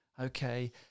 Okay